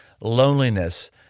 loneliness